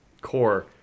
core